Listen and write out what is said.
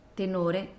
tenore